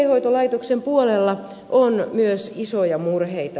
vankeinhoitolaitoksen puolella on myös isoja murheita